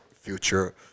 future